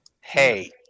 hey